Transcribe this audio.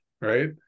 Right